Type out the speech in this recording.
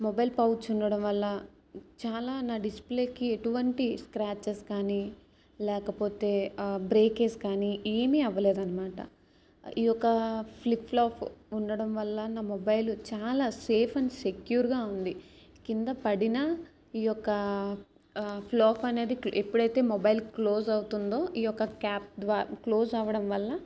mobile pouch ఉండడం వల్ల చాలా నా డిస్ప్లేకి ఎటువంటి స్క్రాచెస్ కానీ లేకపోతే బ్రేకేజ్ కానీ ఏమీ అవ్వలేదు అనమాట ఈ యొక్క ఫ్లిప్ ప్లాప్ ఉండడం వల్ల నా మొబైల్ చాలా సేఫ్ అండ్ సెక్యూర్గా ఉంది కిందపడిన ఈ యొక్క ప్లాప్ అనేది ఎప్పుడైతే మొబైల్ క్లోజ్ అవుతుందో ఈ యొక్క క్యాప్ ద్వా క్లోజ్ అవ్వడం వల్ల